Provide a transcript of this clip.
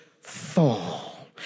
fall